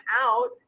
out